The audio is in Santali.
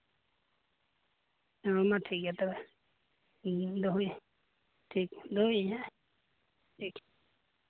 ᱦᱮᱸ ᱢᱟ ᱴᱷᱤᱠᱜᱮᱭᱟ ᱛᱚᱵᱮ ᱦᱮᱸ ᱫᱚᱦᱚᱭᱮᱫᱼᱟᱹᱧ ᱴᱷᱤᱠ ᱫᱚᱦᱚᱭᱮᱫᱼᱟᱹᱧ ᱦᱮᱸ ᱴᱷᱤᱠ